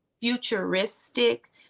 futuristic